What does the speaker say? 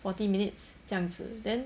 forty minutes 这样子 then